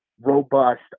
robust